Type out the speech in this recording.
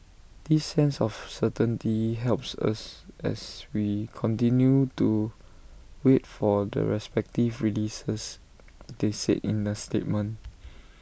this sense of certainty helps us as we continue to wait for the respective releases they said in A statement